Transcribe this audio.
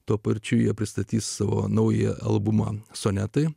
tuo pačiu jie pristatys savo naują albumą sonetai